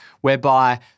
whereby